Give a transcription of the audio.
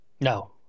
No